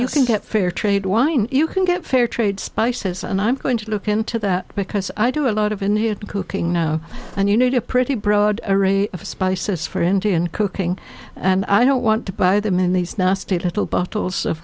you can get fair trade wine you can get fair trade spices and i'm going to look into that because i do a lot of in here cooking now and you need a pretty broad array of spices for indian cooking and i don't want to buy them in these nasty little bottles of